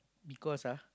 because ah